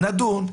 אומרים נדון,